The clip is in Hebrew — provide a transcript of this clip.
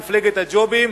מפלגת הג'ובים,